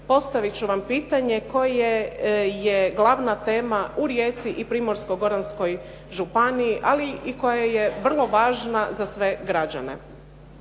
postavit ću vam pitanje koje je glavna tema u Rijeci i Primorsko-goranskoj županiji, ali i koja je vrlo važna za sve građane.